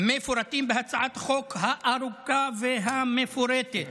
מפורטים בהצעת חוק הארוכה והמפורטת.